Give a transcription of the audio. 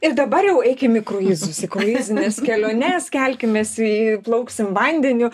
ir dabar jau eikim į kruizus į kruizines keliones kelkimės į plauksim vandeniu